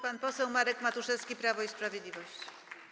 Pan poseł Marek Matuszewski, Prawo i Sprawiedliwość.